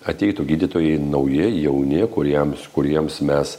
ateitų gydytojai nauji jauni kuriems kuriems mes